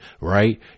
right